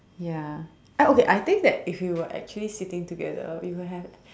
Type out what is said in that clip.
ya I okay I think that if we were actually sitting together we would have